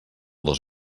dos